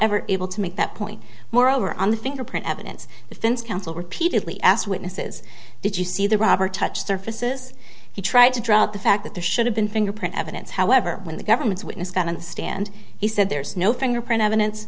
ever able to make that point moreover on the fingerprint evidence defense counsel repeatedly asked witnesses did you see the robert touch surfaces he tried to draw out the fact that there should have been fingerprint evidence however when the government's witness got on the stand he said there's no fingerprint evidence